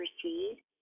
proceed